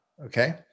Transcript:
Okay